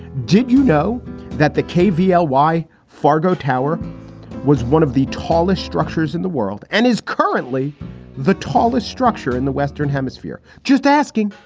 did you know that the cavy l y fargo tower was one of the tallest structures in the world and is currently the tallest structure in the western hemisphere? just asking.